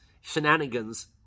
shenanigans